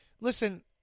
listen